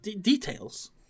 details